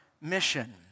mission